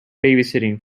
babysitting